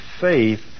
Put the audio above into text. faith